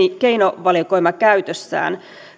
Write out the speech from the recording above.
keinovalikoima käytössään